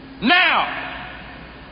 Now